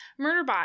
Murderbot